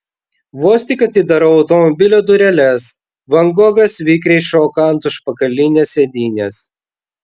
vos tik atidarau automobilio dureles van gogas vikriai šoka ant užpakalinės sėdynės